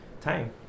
Time